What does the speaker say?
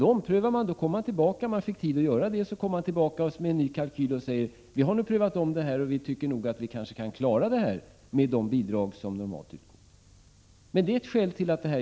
Efter någon tid kom skolans företrädare tillbaka med en ny kalkyl och sade: Vi har omprövat det här och tycker att vi kan klara det med det bidrag som normalt utgår.